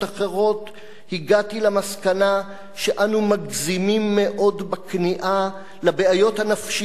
הגעתי למסקנה שאנו מגזימים מאוד בכניעה לבעיות הנפשיות והמוסריות